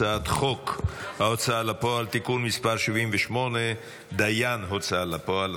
הצעת חוק ההוצאה לפועל (תיקון מס' 78) (דיין הוצאה לפועל),